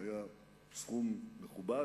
זה היה סכום מכובד,